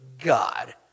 God